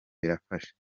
birafasha